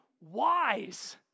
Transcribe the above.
wise